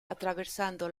attraversando